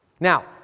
Now